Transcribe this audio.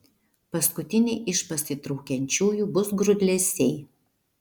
paskutiniai iš pasitraukiančiųjų bus grūdlesiai